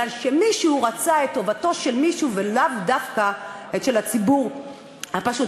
מפני שמישהו רצה את טובתו של מישהו ולאו דווקא את של הציבור הפשוט.